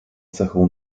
cechą